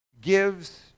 gives